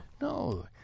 No